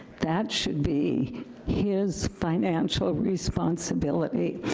that should be his financial responsibility.